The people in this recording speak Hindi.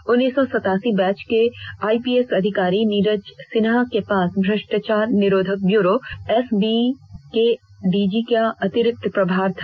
उन्नीस सौ सतासी बैच के आइपीएस अधिकारी नीरज सिन्हा के पास भ्रष्टाचार निरोधक ब्यूरो एसीबी के डीजी का अतिरिक्त प्रभार था